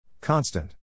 Constant